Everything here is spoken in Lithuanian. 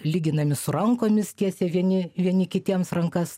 lyginami su rankomis tiesė vieni vieni kitiems rankas